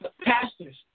pastors